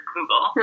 Google